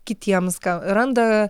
kitiems ką randa